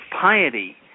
piety